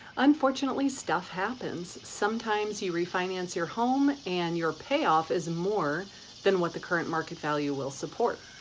unfortunately, stuff happens. sometimes you refinance your home and your payoff is more than what the current market value will support.